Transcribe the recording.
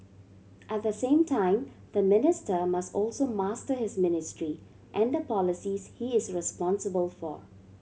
at the same time the minister must also master his ministry and the policies he is responsible for